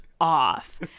off